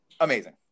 amazing